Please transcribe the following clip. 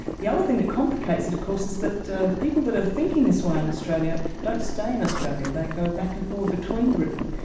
the other thing that complicates it of course is that the the people that are thinking this way in australia don't stay in australia. they go back and forth between britain,